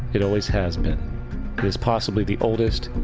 it always has been. it is possibly the oldest,